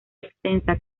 extensa